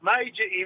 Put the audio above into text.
Major